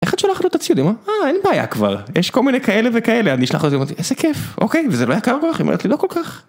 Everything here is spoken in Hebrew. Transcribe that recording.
איך את שולחת לו את הציוד, היא אומרת, אה אין בעיה כבר, יש כל מיני כאלה וכאלה, אני אשלח לו את זה , איזה כיף, אוקיי, וזה לא יקר לך, היא אומרת לי לא כל כך